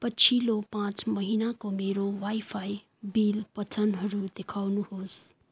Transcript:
पछिल्लो पाचँ महिनाको मेरो वाइफाई बिल पठनहरू देखाउनुहोस्